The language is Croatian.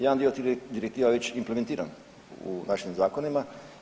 Jedan dio tih direktiva je već implementiran u našim zakonima.